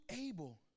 able